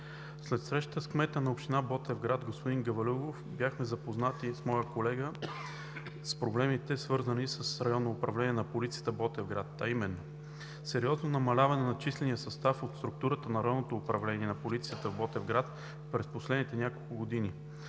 След среща с кмета на община Ботевград господин Гавалюгов, с мой колега бяхме запознати с проблемите, свързани с Районното управление на полицията – Ботевград, а именно сериозното намаляване на числения състав в структурата на Районното управление на полицията в Ботевград през последните няколко години